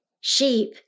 Sheep